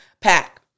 pack